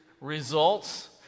results